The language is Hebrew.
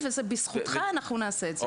ובזכותך אנחנו נעשה את זה.